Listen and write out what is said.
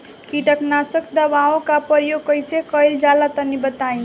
कीटनाशक दवाओं का प्रयोग कईसे कइल जा ला तनि बताई?